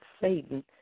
Satan